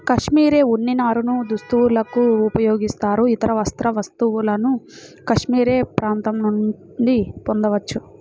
cashmere ఉన్ని నారను దుస్తులకు ఉపయోగిస్తారు, ఇతర వస్త్ర వస్తువులను కాష్మెరె ప్రాంతం నుండి పొందవచ్చు